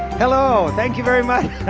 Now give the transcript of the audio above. hello, thank you very much.